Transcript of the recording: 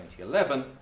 2011